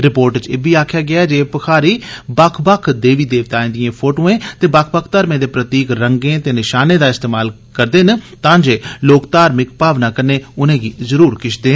report च इब्बी आक्खेआ गेआ ऐ जे एह भखारी बक्ख बक्ख देवी देवताए दिए फोदूए ते बक्ख बक्ख धर्मे दे प्रतीक रंगें नशाने दा इस्तेमाल करदे न तां जे लोक धार्मिक भावना कन्नै उनेंगी जरूर किश देन